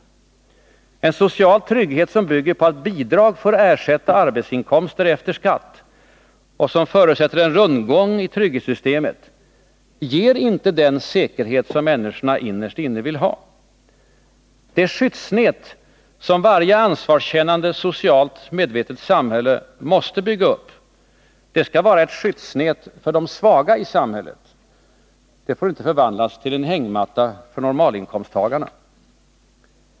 En social trygghet som bygger på att bidrag får ersätta arbetsinkomster efter skatt och förutsätter en rundgång i trygghetssystemet, ger inte den säkerhet som människorna innerst inne vill ha. Det skyddsnät som varje ansvarskännande, socialt medvetet samhälle måste bygga upp skall vara ett skyddsnät för de svaga i samhället, inte förvandlas till en hängmatta för normalinkomsttagarna.